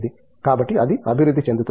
కాబట్టి అది అభివృద్ధి చెందుతుంది